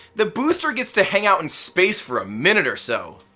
the booster gets to hang out in space for a minute or so!